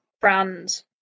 brand